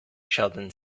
sheldon